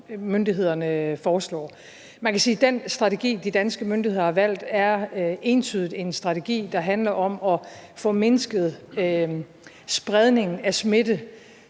som myndighederne foreslår. Man kan sige, at den strategi, de danske myndigheder har valgt, entydigt er en strategi, der handler om at få mindsket spredningen af smitte,